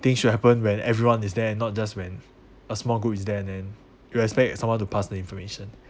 think should happen when everyone is there and not just when a small group is there and then you expect someone to pass the information